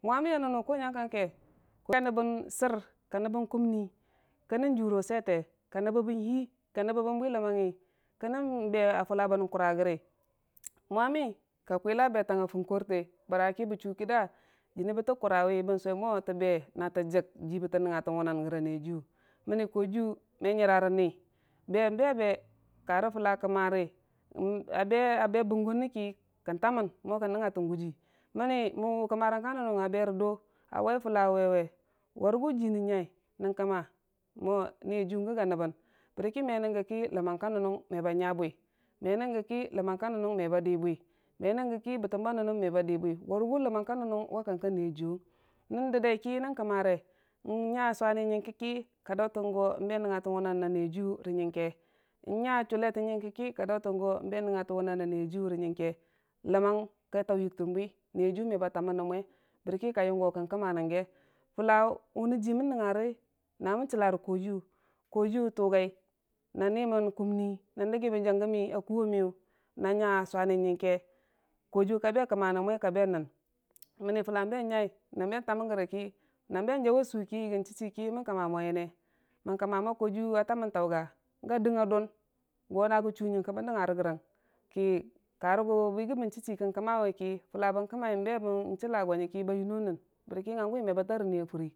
wamuwe nunuku nyan kanke go nabban sar ka nabban kummi kana juuro swete, ka nabban bwi amangngi ka nabban hii kanan be fula kura janni gare, mwami ka kweila betan nga a fungorte baraki ba chudaa janni ta kinrai ban suwe mota berage nata nangna tan wunang gara kojiyu, manni kojiiyu me ni be n'be be kara filla ka mari a be bingora nagki kan tamman mo kan nangngatan guji manni a be nan winu kamanrang ka nan nanga be ra do a wai fula waiwe, wirigu ji nan kama no niyajiiyu go naban baraki me nan gaki lamang ka nan nang me ba nya bwi me nanki lamang ka nan nang me badii bali, me nan ga ki batamba nan nam me ba di bwi, warigu lamangka nan nang wa niyajiiyu nan daddai ki nan kamare, nan nya swani nyangka ki, ka dautuwe nangngatan wuna a niya jiiye n'ya chuleta ki ka dautuwe n'nan gngatan wunan a niyajiiyu nyanghke lamang ka chi yangtan buii niyalii yu me ba tamman nan mwe baraki kan kamara nam ge fula wune jiman nangngari na man kamura kojiyu, kojiyu tagai na niman kumni na daggiman jagammi a kuwo miyu n'nya sulani nyangke, kojiyu a be a kama nan mwe, manni no fula be nyai na taman gara ki na be jau suuki na tammen garaki ban kama mo nyanne man kamo mo kojiyu a taman taman ga, kojiyu ga dun gona ga chu nyangka ban nangngagara gan, ki kara gu ban chi ki kamaiki na be chila ki ba yuno nan baraki hanggu me nyara ni.